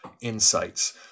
insights